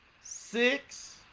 six